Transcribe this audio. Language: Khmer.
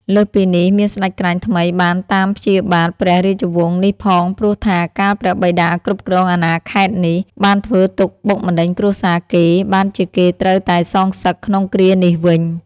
លើសពីនេះ មានស្ដេចក្រាញ់ថ្មីបានតាមព្យាបាទព្រះរាជវង្សនេះផងព្រោះថា កាលព្រះបិតាគ្រប់គ្រងអាណាខេត្តនេះ បានធ្វើទុក្ខបុកម្នេញគ្រួសារគេ បានជាគេត្រូវតែសងសឹកក្នុងគ្រានេះវិញ ។